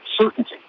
certainty